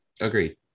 Agreed